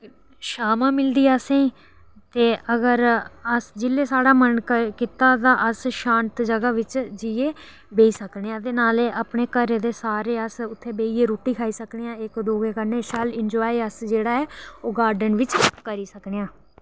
छामां मिलदी असें ई ते जेल्लै अस अगर साढ़ा मन कीता होगा अस शांत जगह बिच जाइयै बेही सकने आं ते नालै घरै दे सारे उत्थै बेहियै रुट्टी खाई सकने आं इक्क दूऐ कन्नै शैल जेह्ड़ा ऐ एंजॉय अस ओह् गॉर्डन बिच करी सकने आं